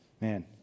Man